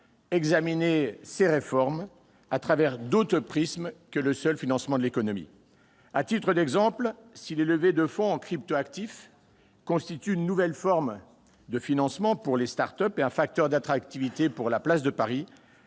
examiner ces réformes à travers d'autres prismes que le seul financement de l'économie. À titre d'exemple, si les levées de fonds en crypto-actifs constituent une nouvelle forme de financement pour les start-up et un facteur d'attractivité pour la place de Paris,